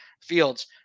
fields